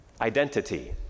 identity